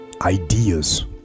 ideas